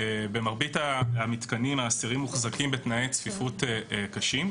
במרבית המתקנים האסירים מוחזקים בתנאי צפיפות קשים,